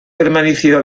permanecido